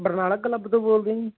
Barnala club ਤੋਂ ਬੋਲਦੇ ਜੀ